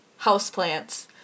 houseplants